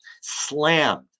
slammed